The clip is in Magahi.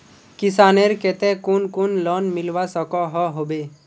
किसानेर केते कुन कुन लोन मिलवा सकोहो होबे?